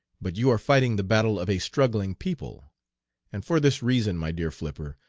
but you are fighting the battle of a struggling people and for this reason, my dear flipper,